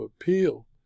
Appeal